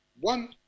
One